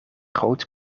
groot